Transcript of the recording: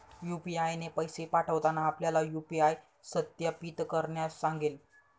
UPI ने पैसे पाठवताना आपल्याला यू.पी.आय सत्यापित करण्यास सांगेल